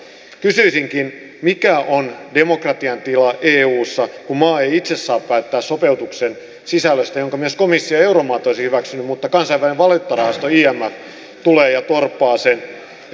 kysyisinkin mikä on demokratian tila eussa kun maa ei itse saa päättää sopeutuksen sisällöstä jonka myös komissio ja euromaat olisivat hyväksyneet vaan kansainvälinen valuuttarahasto imf tulee ja torppaa sen